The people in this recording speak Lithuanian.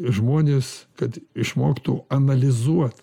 žmonės kad išmoktų analizuot